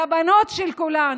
לבנות של כולנו.